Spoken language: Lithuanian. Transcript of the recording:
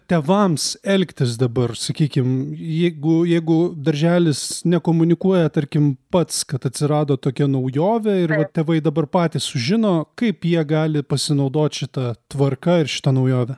tėvams elgtis dabar sakykim jeigu jeigu darželis nekomunikuoja tarkim pats kad atsirado tokia naujovė ir vat tėvai dabar patys sužino kaip jie gali pasinaudot šita tvarka ir šita naujove